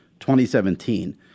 2017